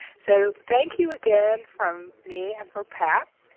so thank you again from me and from pat.